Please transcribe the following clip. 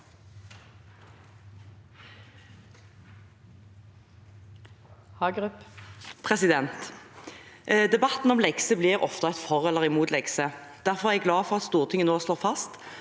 Debatten om lek- ser blir ofte til et for eller imot lekser. Derfor er jeg glad for at Stortinget nå slår fast